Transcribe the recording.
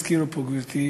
הזכירה פה גברתי,